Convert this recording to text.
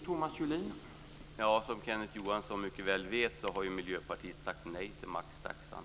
Herr talman! Som Kenneth Johansson mycket väl vet har Miljöpartiet sagt nej till maxtaxan.